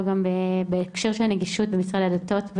בהקשר של נגישות במשרד הדתות.